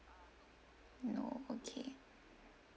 no okay